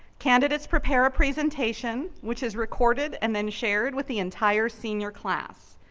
candidates prepare a presentation which is recorded and then shared with the entire senior class.